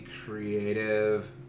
creative